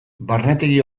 barnetegi